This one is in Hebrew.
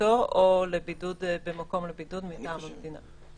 בביתו או לבידוד במקום לבידוד מטעם המדינה.